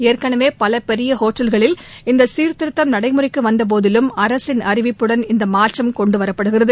ஏற்கனவே பல பெரிய வோட்டல்களில் இந்த சீர்திருத்தம் நடைமுறைக்கு வந்தபோதிலும் அரசின் அறிவுப்புடன் இந்த மாற்றம் கொண்டு வரப்படுகிறது